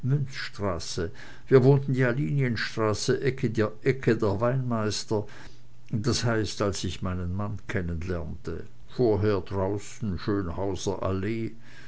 münzstraße wir wohnten ja linienstraße ecke der weinmeister das heißt als ich meinen mann kennenlernte vorher draußen schönhauser allee